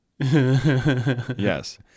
Yes